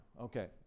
Okay